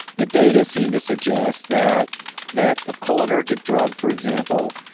the data seemed to suggest that that a cholinergic drug for example,